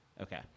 Okay